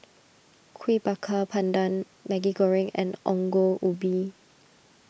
Kuih Bakar Pandan Maggi Goreng and Ongol Ubi